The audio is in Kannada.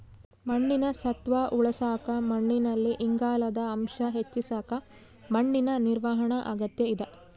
ಮಣ್ಣಿನ ಸತ್ವ ಉಳಸಾಕ ಮಣ್ಣಿನಲ್ಲಿ ಇಂಗಾಲದ ಅಂಶ ಹೆಚ್ಚಿಸಕ ಮಣ್ಣಿನ ನಿರ್ವಹಣಾ ಅಗತ್ಯ ಇದ